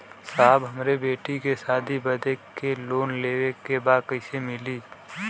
साहब हमरे बेटी के शादी बदे के लोन लेवे के बा कइसे मिलि?